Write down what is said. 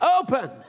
Open